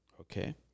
Okay